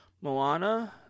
Moana